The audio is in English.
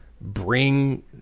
bring